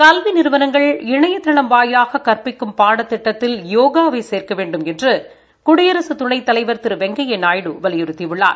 கல்வி நிறுவனங்கள் இணையதளம் வாயிலாக கற்பிக்கும் பாடத்திட்டத்தில் யோகாவை சேர்க்க வேண்டுமென்று குடியரசு துணைத் தலைவர் திரு வெங்கையா நாயுடு வலியுறுத்தியுள்ளார்